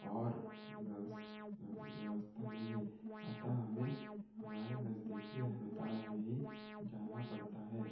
और व्यवस्था नहीं है अतः हमें हमारे नजदीकी अस्पताल में ही जाना पड़ता है